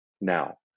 Now